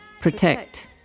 protect